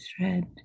thread